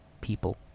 people